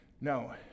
no